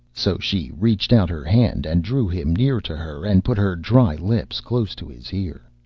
so she reached out her hand, and drew him near to her and put her dry lips close to his ear.